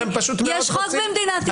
יש חוק במדינת ישראל.